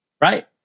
right